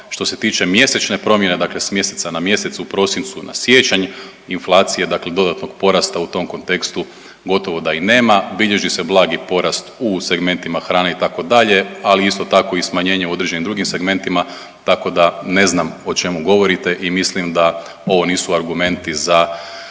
Što se tiče mjesečne promjene, dakle s mjeseca na mjesec u prosincu na siječanj, inflacija dakle dodatnog porasta u tom kontekstu gotovo da i nema. Bilježi se blagi porast u segmentima hrane, itd., ali isto tako i smanjenje u određenim drugim segmentima, tako da ne znam o čemu govorite i mislim da ovo nisu argumenti za